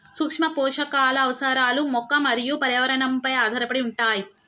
సూక్ష్మపోషకాల అవసరాలు మొక్క మరియు పర్యావరణంపై ఆధారపడి ఉంటాయి